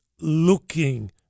looking